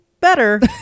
better